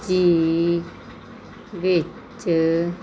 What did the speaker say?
ਜ਼ੀ ਵਿੱਚ